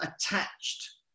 attached